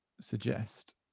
suggest